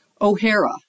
O'Hara